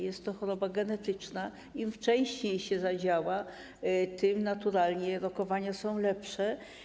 Jest to choroba genetyczna, im wcześniej się zadziała, tym naturalnie rokowania są lepsze.